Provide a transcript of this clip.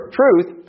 truth